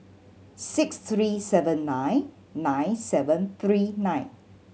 six three seven nine nine seven three nine